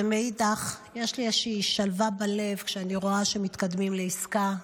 ומאידך גיסא יש לי איזו שלווה בלב כשאני רואה שמתקדמים לעסקה.